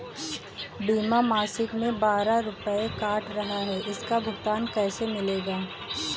बीमा मासिक में बारह रुपय काट रहा है इसका भुगतान कैसे मिलेगा?